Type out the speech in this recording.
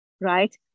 right